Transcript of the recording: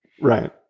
Right